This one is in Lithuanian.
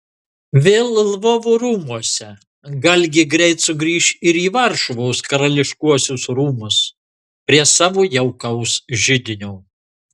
vėl lvovo rūmuose galgi greit sugrįš ir į varšuvos karališkuosius rūmus prie savo jaukaus židinio